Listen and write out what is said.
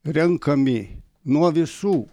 renkami nuo visų